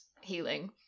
healing